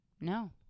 No